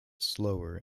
slower